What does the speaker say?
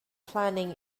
planning